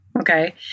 Okay